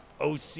OC